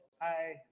Hi